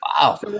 wow